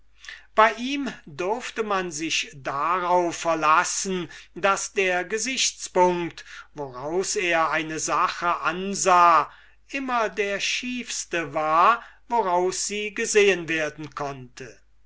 bei ihm durfte man sich darauf verlassen daß der gesichtspunkt woraus er eine sache ansah immer der schiefste war woraus sie angesehen werden konnte